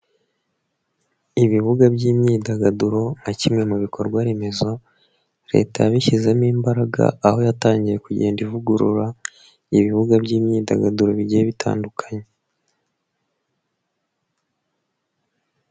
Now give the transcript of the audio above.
Ibibuga by'imyidagaduro nka kimwe mu bikorwa remezo, leta yabishyizemo imbaraga aho yatangiye kugenda ivugurura ibibuga by'imyidagaduro bigiye bitandukanye.